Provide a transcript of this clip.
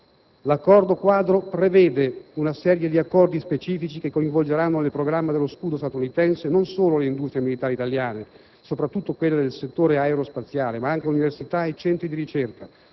L'Accordo quadro prevede una serie di accordi specifici che coinvolgeranno nel programma dello "scudo" statunitense non solo le industrie militari italiane, soprattutto quelle del settore aerospaziale, ma anche università e centri di ricerca.